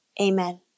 amen